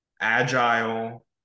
agile